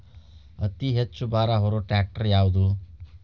ಅತಿ ಹೆಚ್ಚ ಭಾರ ಹೊರು ಟ್ರ್ಯಾಕ್ಟರ್ ಯಾದು?